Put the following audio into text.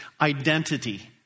identity